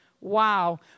Wow